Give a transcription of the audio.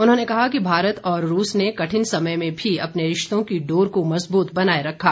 उन्होंने कहा कि भारत और रूस ने कठिन समय में भी अपने रिश्तों की डोर को मजबूत बनाए रखा